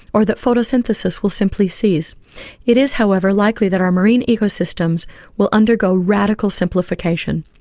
or that photosynthesis will simply cease it is, however, likely that our marine ecosystems will undergo radical simplification.